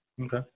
Okay